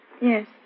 Yes